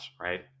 right